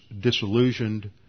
disillusioned